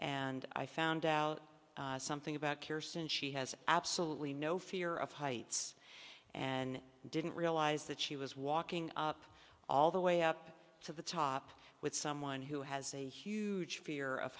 and i found out something about care since she has absolutely no fear of heights and didn't realize that she was walking up all the way up to the top with someone who has a huge fear of